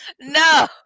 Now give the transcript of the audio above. No